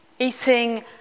eating